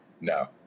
no